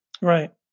Right